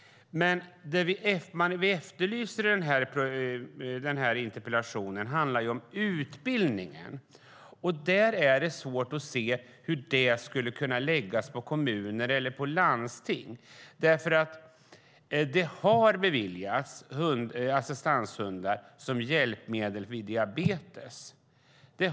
Det jag efterlyser i interpellationen gäller utbildningen, och det är svårt att se hur den skulle kunna läggas på kommuner eller landsting. Assistanshundar har vid några tillfällen beviljats som hjälpmedel vid diabetes.